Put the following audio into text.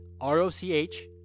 R-O-C-H